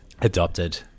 adopted